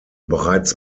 bereits